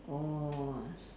orh s~